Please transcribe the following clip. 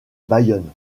bayonne